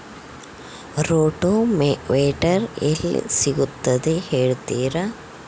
Rotavator ಎಲ್ಲಿ ಸಿಗುತ್ತದೆ ಹೇಳ್ತೇರಾ?